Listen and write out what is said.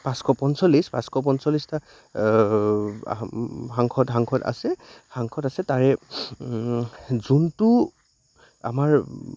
পাঁচশ পঞ্চলিছ পাঁচশ পঞ্চল্লিছটা সাংসদ সাংসদ আছে সাংসদ আছে তাৰে যোনটো আমাৰ